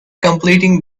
completing